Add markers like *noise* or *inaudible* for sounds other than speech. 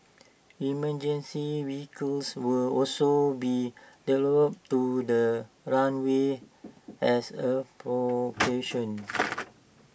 emergency vehicles will also be deployed to the runway as A precaution *noise*